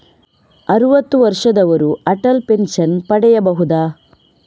ಅರುವತ್ತು ವರ್ಷದವರು ಅಟಲ್ ಪೆನ್ಷನ್ ಪಡೆಯಬಹುದ?